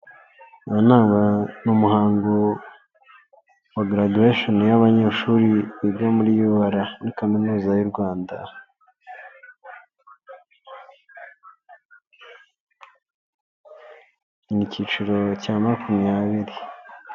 Iyo nama ni umuhango wa garaduwesheni y'abanyeshuriga muri kaminuza y'u Rwanda; icyiciro cya makumyabiri.